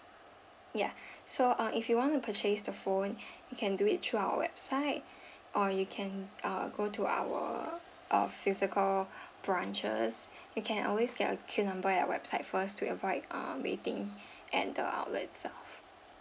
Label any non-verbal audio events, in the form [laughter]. yeah so uh if you want to purchase the phone [breath] you can do it through our website or you can uh go to our uh physical branches you can always get a queue number at website first to avoid uh waiting at the outlet itself